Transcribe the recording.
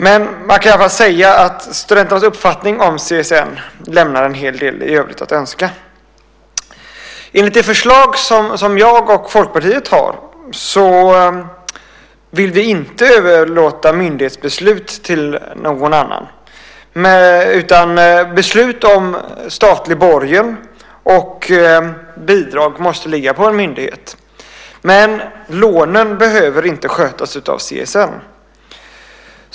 Man kan i alla fall säga att studenternas uppfattning om CSN lämnar en hel del övrigt att önska. Enligt det förslag som jag och Folkpartiet har vill vi inte överlåta myndighetsbeslut till någon annan, utan beslut om statlig borgen och bidrag måste ligga på en myndighet. Men lånen behöver inte skötas av CSN.